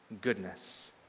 goodness